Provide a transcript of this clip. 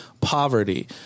poverty